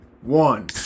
one